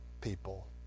people